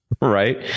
Right